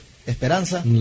Esperanza